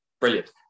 Brilliant